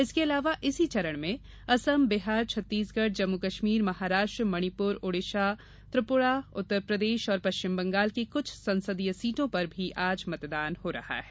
इसके अलावा इसी चरण में असम बिहार छत्तीसगढ़ जम्मू कश्मीर महाराष्ट्र मणिपुर ओडिसा त्रिपुरा उत्तर प्रदेश और पश्चिम बंगाल की कुछ संसदीय सीटों पर भी आज मतदान हो रहा है